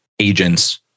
agents